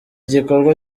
gikorwa